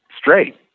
straight